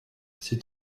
c’est